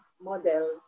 model